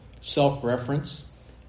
self-reference